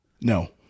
No